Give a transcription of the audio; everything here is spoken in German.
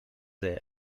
sehr